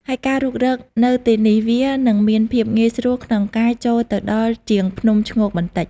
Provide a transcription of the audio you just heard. ហើយការរុករកនៅទីនេះវានឹងមានភាពងាយស្រួលក្នុងការចូលទៅដល់ជាងភ្នំឈ្ងោកបន្តិច។